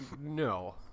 no